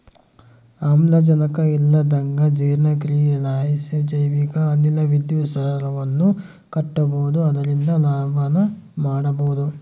ಆಮ್ಲಜನಕ ಇಲ್ಲಂದಗ ಜೀರ್ಣಕ್ರಿಯಿಲಾಸಿ ಜೈವಿಕ ಅನಿಲ ವಿದ್ಯುತ್ ಸ್ಥಾವರವನ್ನ ಕಟ್ಟಬೊದು ಅದರಿಂದ ಲಾಭನ ಮಾಡಬೊಹುದು